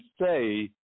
say